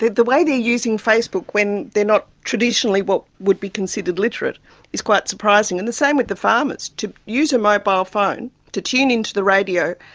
the the way they are using facebook when they are not traditionally what would be considered literate is quite surprising. and the same with the farmers. to use a mobile phone to tune into the radio,